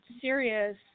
serious